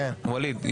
ווליד,